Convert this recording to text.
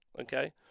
Okay